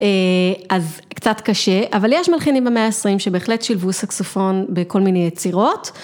אז קצת קשה, אבל יש מלחינים במאה העשרים שבהחלט שילבו סקסופון בכל מיני יצירות.